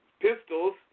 pistols